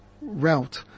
route